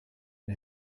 and